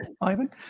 Ivan